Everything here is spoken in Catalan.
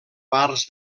parts